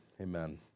amen